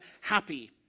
happy